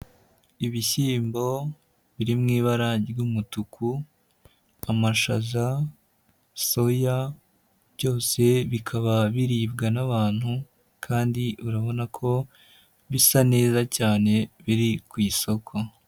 Ibishyimbo biri mu ibara ry'umutuku, amashaza, soya, byose bikaba biribwa n'abantu kandi urabona ko bisa neza cyane biri ku isoko.